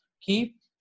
Keep